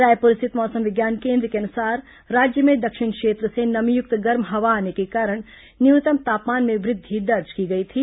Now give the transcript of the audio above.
रायपुर स्थित मौसम विज्ञान केन्द्र के अनुसार राज्य में दक्षिण क्षेत्र से नमीयुक्त गर्म हवा आने के कारण न्यूनतम तापमान में वृद्धि दर्ज की गई थी